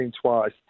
twice